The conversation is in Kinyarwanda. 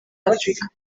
afurika